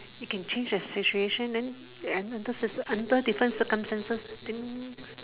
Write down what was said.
he can change the situation then under certain circumstances then